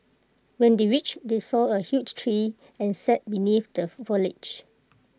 when they reached they saw A huge tree and sat beneath the foliage